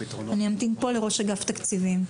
אמתין פה לראש אגף התקציבים.